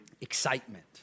excitement